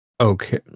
Okay